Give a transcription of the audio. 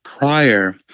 Prior